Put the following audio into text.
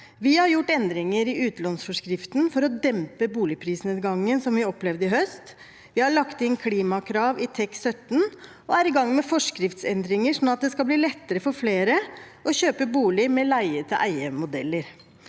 Vi har gjort endringer i utlånsforskriften for å dempe boligprisoppgangen som vi opplevde i høst. Vi har lagt inn klimakrav i TEK17 og er i gang med forskriftsendringer slik at det skal bli lettere for flere å kjøpe bolig med leie-til-eie-modeller.